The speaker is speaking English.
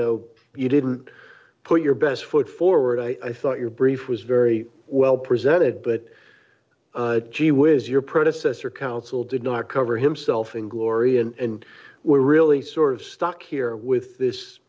know you didn't put your best foot forward i thought your brief was very well presented but gee whiz your predecessor counsel did not cover himself in glory d and we're really sort of stuck here with this